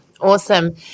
Awesome